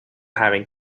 having